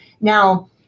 Now